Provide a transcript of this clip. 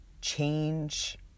change